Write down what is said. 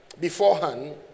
beforehand